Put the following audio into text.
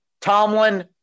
Tomlin